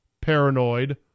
paranoid